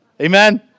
Amen